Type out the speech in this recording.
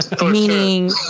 Meaning